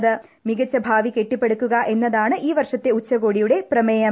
മികച്ച ഭാവി കെട്ടിപ്പടുക്കുക എന്നതാണ് ഈ വർഷത്തെ ഉച്ചുകോടിയുടെ പ്രമേയം